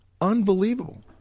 Unbelievable